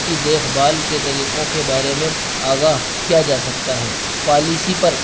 کی دیکھ بھال کے طریقوں کے بارے میں آگاہ کیا جا سکتا ہے پالیسی پر